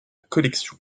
collection